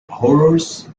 horrors